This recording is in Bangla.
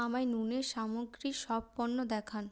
আমায় নুনের সামগ্রীর সব পণ্য দেখান